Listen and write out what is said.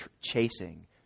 chasing